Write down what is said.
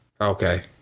okay